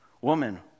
Woman